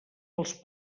als